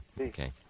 okay